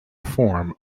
form